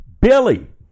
Billy